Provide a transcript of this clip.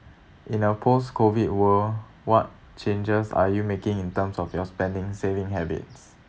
in a post COVID world what changes are you making in terms of your spending saving habits